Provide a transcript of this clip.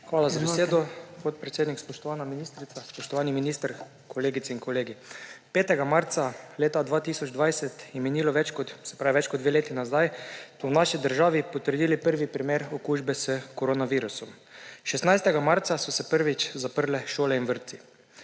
Hvala za besedo, podpredsednik. Spoštovana ministrica, spoštovani minister, kolegice in kolegi! 5. marca 2020, se pravi več kot dve leti nazaj, so v naši državi potrdili prvi primer okužbe s koronavirusom, 16. marca so se prvič zaprle šole in vrtci.